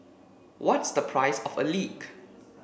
what's the price of a leak